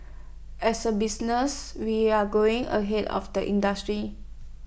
as A business we're growing ahead of the industry